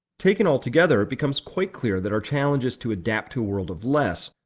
taken all together, it becomes quite clear that our challenge is to adapt to a world of less,